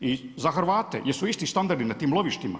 i za Hrvate, jesu isti standardi na tim lovištima?